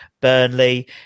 Burnley